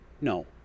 no